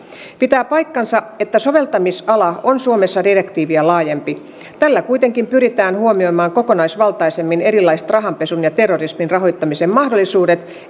pitää paikkansa että soveltamisala on suomessa direktiiviä laajempi tällä kuitenkin pyritään huomioimaan kokonaisvaltaisemmin erilaiset rahanpesun ja terrorismin rahoittamisen mahdollisuudet